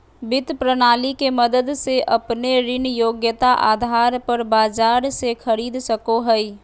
वित्त प्रणाली के मदद से अपने ऋण योग्यता आधार पर बाजार से खरीद सको हइ